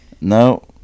no